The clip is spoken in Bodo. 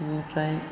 बिनिफ्राय